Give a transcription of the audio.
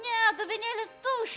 ne dubenėlis tušč